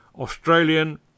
Australian